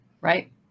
right